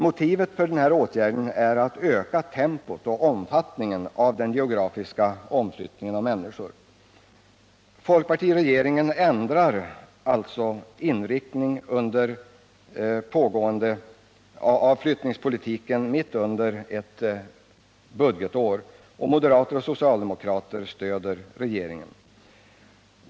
Motivet för åtgärden är att öka tempot och omfattningen av den geografiska omflyttningen av människor. Folkpartiregeringen ändrar alltså inriktning av flyttningspolitiken mitt under ett budgetår. Moderater och socialdemokrater stöder regeringen.